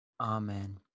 Amen